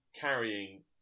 carrying